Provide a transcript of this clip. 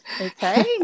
Okay